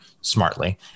smartly